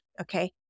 Okay